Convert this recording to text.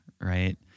right